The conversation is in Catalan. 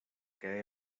que